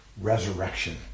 resurrection